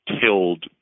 killed